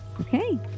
Okay